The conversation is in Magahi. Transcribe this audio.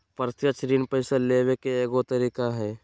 प्रत्यक्ष ऋण पैसा लेबे के एगो तरीका हइ